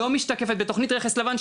לא משתקפת בתוכנית רכס לבן,